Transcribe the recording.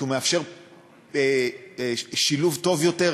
כי הוא מאפשר שילוב טוב יותר,